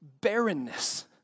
barrenness